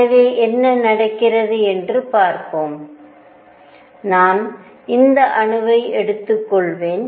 எனவே என்ன நடக்கிறது என்று பார்ப்போம் நான் இந்த அணுவை எடுத்துக்கொள்வேன்